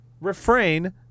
refrain